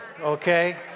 okay